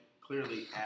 clearly